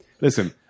Listen